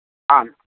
आम्